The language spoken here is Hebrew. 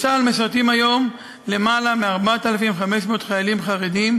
בצה"ל משרתים היום למעלה מ-4,500 חיילים חרדים,